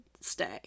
stay